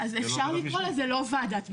אז אפשר לקרוא לזה לא ועדת משנה.